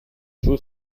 two